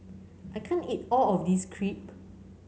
I can't eat all of this Crepe